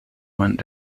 went